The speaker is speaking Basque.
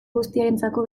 guztiarentzako